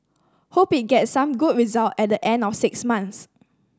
hope it gets some good result at the end of the six months